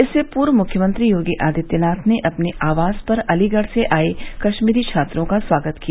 इससे पूर्व मुख्यमंत्री योगी आदित्यनाथ ने अपने आवास पर अलीगढ़ से आये कश्मीरी छात्रों का स्वागत किया